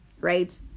right